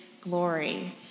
glory